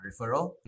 referral